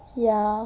ya